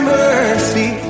mercy